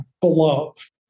beloved